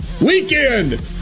weekend